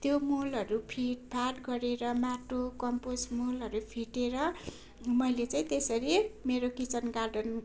त्यो मलहरू फिटफाट गरेर माटो कम्पोस्ट मलहरू फिटेर मैले चाहिँ त्यसरी मेरो किचन गार्डन